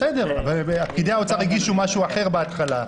בסדר, אבל פקידי האוצר הגישו משהו אחר בהתחלה.